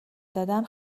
دادم